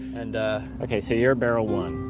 and ok, so you're barrel one.